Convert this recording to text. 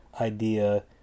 idea